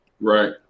right